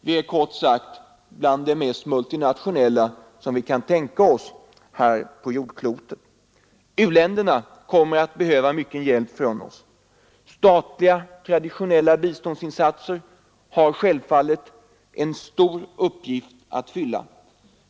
Vi är kort sagt bland de mest multinationella som vi kan tänka oss här på jordklotet. U-länderna kommer att behöva mycket hjälp från oss. Statliga traditionella biståndsinsatser har självfallet en stor uppgift att fylla.